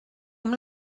amb